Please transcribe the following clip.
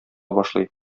башлый